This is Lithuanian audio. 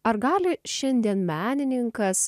ar gali šiandien menininkas